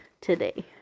today